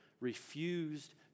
refused